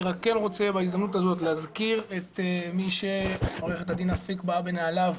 אני רק רוצה בהזדמנות הזאת להזכיר את מי שעו"ד אפיק באה בנעליו,